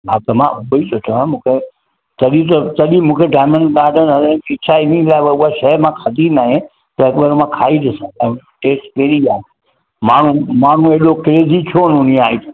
हा त मां उहो ई सोचां मूंखे तॾहिं त तॾहिं मूंखे डायमंड गार्डन हलण जी इच्छा थींदी आहे उहो मां खाधी नाहे त उहा मां खाई ॾिसां टेस्ट कहिड़ी आहे माण्हू माण्हू हेॾो क्रेजी छो हूंदी आहे